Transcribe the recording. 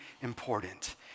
important